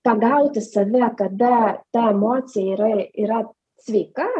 pagauti save kada ta emocija yra yra sveika